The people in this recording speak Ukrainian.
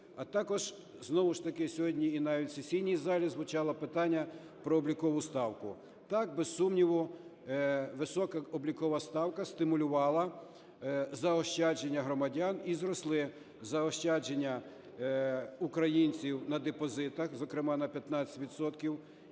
А також знову ж таки сьогодні і навіть в сесійній залі звучало питання про облікову ставку. Так, без сумніву, висока облікова ставка стимулювала заощадження громадян, і зросли заощадження українців на депозитах, зокрема на 15